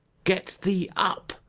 get thee up!